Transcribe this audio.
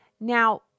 Now